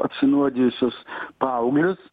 apsinuodijusius paauglius